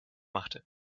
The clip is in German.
machte